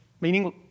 meaning